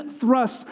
thrust